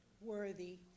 worthy